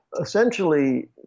essentially